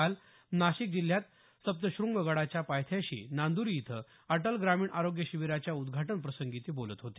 काल नाशिक जिल्ह्यात सप्तशंग गडाच्या पायथ्याशी नांद्री इथं अटल ग्रामीण आरोग्य शिबिराच्या उद्घाटनप्रसंगी ते बोलत होते